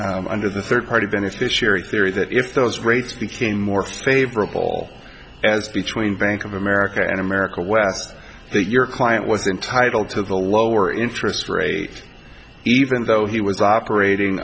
that under the third party beneficiary theory that if those rates became more favorable as between bank of america and america west that your client was entitled to the lower interest rate even though he was operating